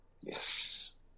Yes